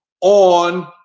on